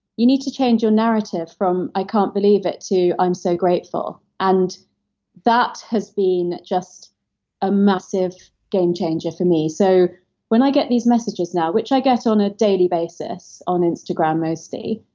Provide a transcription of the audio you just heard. you need to change your narrative from i can't believe it to i'm so grateful. and that has been just a massive game changer ah for me. so when i get these messages now, which i get on a daily basis on instagram mostly,